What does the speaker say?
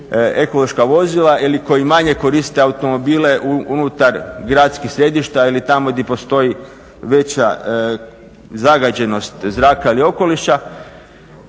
ekološka vozila ili koji manje koriste automobile unutar gradskih središta ili tamo gdje postoji veća zagađenost zraka ili okoliša.